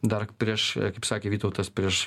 dar prieš kaip sakė vytautas prieš